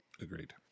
agreed